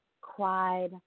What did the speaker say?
cried